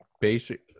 basic